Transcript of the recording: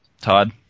Todd